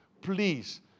Please